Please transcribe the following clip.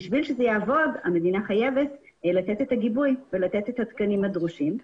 בשביל שזה יעבוד המדינה חייבת לתת את הגיבוי ולתת את הכלים הדרושים.